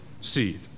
seed